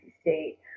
State